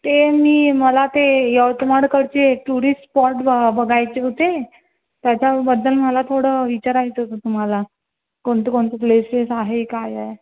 ते मी मला ते यवतमाळकडचे टुरिस्ट स्पॉट ब बघायचे होते त्याच्याबद्दल मला थोडं विचारायचं होतं तुम्हाला कोणते कोणते प्लेसेस आहे काय आहे